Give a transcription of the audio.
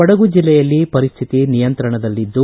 ಕೊಡಗು ಜೆಲ್ಲೆಯಲ್ಲಿ ಪರಿಸ್ಥಿತಿ ನಿಯಂತ್ರಣದಲ್ಲಿದ್ದು